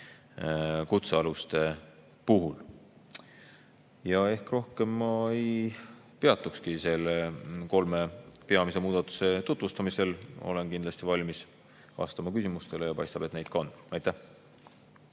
kutsealuste puhul. Ma rohkem ei peatukski nende kolme peamise muudatuse tutvustamisel. Olen kindlasti valmis vastama küsimustele ja paistab, et neid ka on. Aitäh!